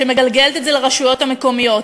שהיא מגלגלת את זה לרשויות המקומיות.